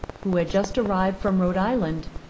who had just arrived from rhode-island,